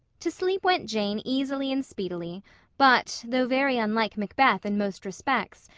to sleep went jane easily and speedily but, though very unlike macbeth in most respects,